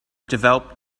developed